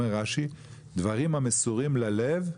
אומר רש"י דברים המסורים ללב,